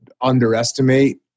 underestimate